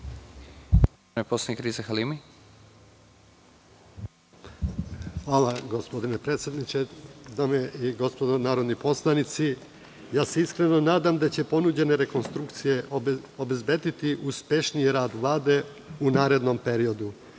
Hvala. Gospodine predsedniče, dame i gospodo narodni poslanici, iskreno se nadam da će ponuđene rekonstrukcije obezbediti uspešniji rad Vlade u narednom periodu